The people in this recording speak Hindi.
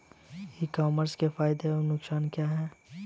ई कॉमर्स के फायदे एवं नुकसान क्या हैं?